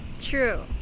True